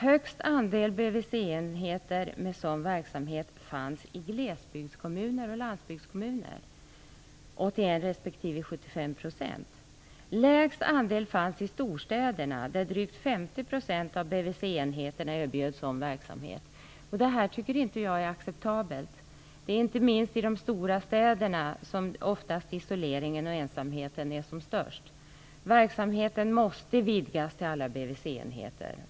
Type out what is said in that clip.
Största andelen BVC-enheter med sådan verksamhet fanns i glesbygds och landsbygdskommuner - 81 % respektive 75 %. Minsta andelen fanns i storstäderna, där drygt 50 % av BVC enheterna erbjöd sådan här verksamhet. Jag tycker inte att detta är acceptabelt. Det är ju inte minst i de stora städerna som isoleringen och ensamheten oftast är som störst. Verksamheten måste vidgas till att omfatta alla BVC-enheter.